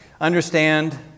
understand